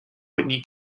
whitney